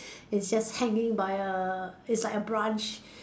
it's just hanging by a it's like a brunch